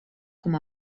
com